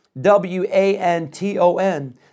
W-A-N-T-O-N